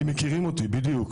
כי מכירים אותי, בדיוק.